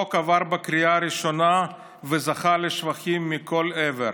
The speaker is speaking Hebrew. החוק עבר בקריאה הראשונה וזכה לשבחים מכל עבר,